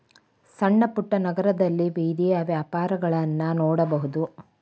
ಸಣ್ಣಪುಟ್ಟ ನಗರದಲ್ಲಿ ಬೇದಿಯ ವ್ಯಾಪಾರಗಳನ್ನಾ ನೋಡಬಹುದು